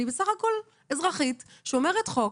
אני בסך הכול אזרחית שומרת חוק.